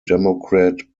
democrat